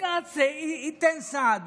בג"ץ ייתן סעד.